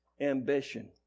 ambition